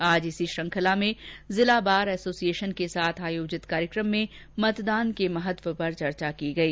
आज इसी श्रृंखला में जिला बार एसोसिएशन के साथ आयोजित कार्यक्रम में मतदान के महत्व पर चर्चा की गई